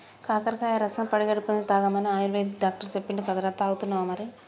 కాకరకాయ కాయ రసం పడిగడుపున్నె తాగమని ఆయుర్వేదిక్ డాక్టర్ చెప్పిండు కదరా, తాగుతున్నావా మరి